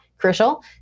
Crucial